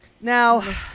Now